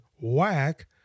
whack